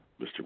Mr